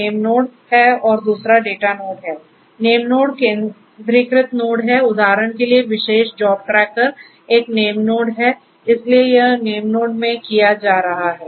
namenode में किया जा रहा है